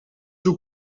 toe